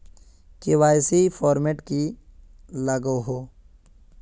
KYC format की लागोहो?